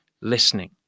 listening